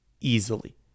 easily